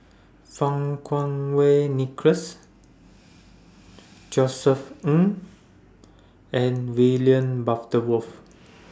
Fang Kuo Wei Nicholas Josef Ng and William Worth